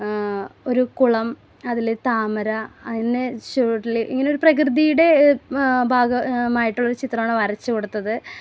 കുളം അതിൽ താമര അതിനെ ചുവട്ടിൽ ഇങ്ങനെ ഒരു പ്രകൃതിയുടെ ഭാഗമായിട്ടുള്ള ഒരു ചിത്രമാണ് വരച്ചു കൊടുത്തത്